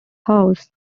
house